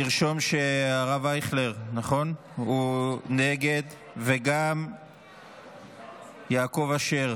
לרשום שחבר הכנסת אייכלר הוא נגד וגם יעקב אשר